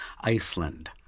Iceland